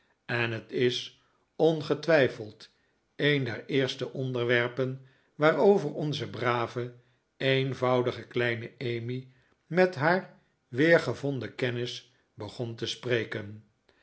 en het is ongetwijfeld een der eerste onderwerpen waarover onze brave eenvoudige kleine emmy met haar weergevonden kennis begon te spreken